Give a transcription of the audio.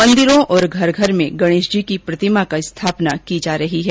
मंदिरों और घर घर में गणेश जी की प्रतिमा की स्थापना की जा रही है